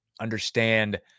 understand